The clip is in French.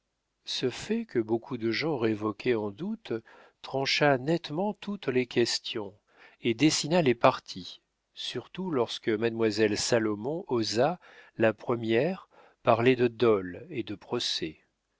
ce fait que beaucoup de gens révoquaient en doute trancha nettement toutes les questions et dessina les partis surtout lorsque mademoiselle salomon osa la première parler de dol et de